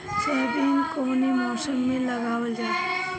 Soybean कौने मौसम में लगावल जा?